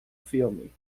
filme